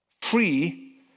free